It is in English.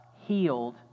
healed